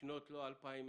שנות לא 2020